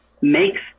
makes